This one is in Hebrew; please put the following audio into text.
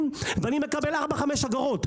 ואני מקבל 4-5 אגורות,